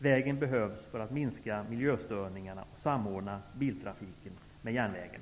Vägen behövs också för att minska miljöstörningarna och samordna biltrafiken med järnvägen.